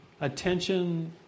attention